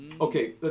Okay